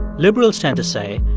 liberals tend to say,